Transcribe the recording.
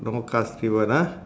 no more cars beyond ah